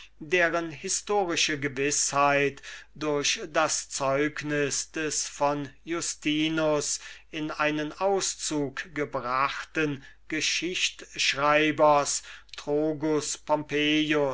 deren historische gewißheit durch das zeugnis des vom justinus in einen auszug gebrachten geschichtschreibers